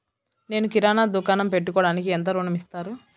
నేను కిరాణా దుకాణం పెట్టుకోడానికి ఎంత ఋణం ఇస్తారు?